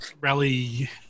rally